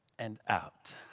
and out.